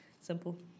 Simple